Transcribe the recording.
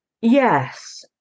Yes